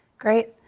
great.